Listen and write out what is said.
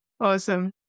Awesome